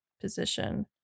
position